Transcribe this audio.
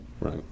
right